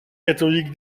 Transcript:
catholique